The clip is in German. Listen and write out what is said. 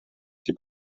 sie